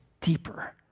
deeper